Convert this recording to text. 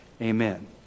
Amen